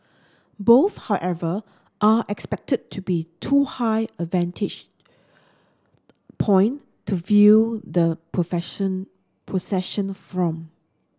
both however are expected to be too high a vantage point to view the profession procession from